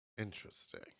Interesting